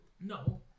No